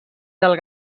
del